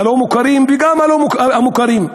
היישובים הלא-מוכרים וגם המוכרים.